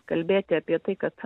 kalbėti apie tai kad